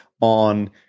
on